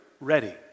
ready